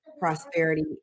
prosperity